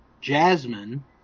Jasmine